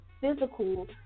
physical